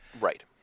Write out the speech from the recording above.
Right